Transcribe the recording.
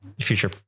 future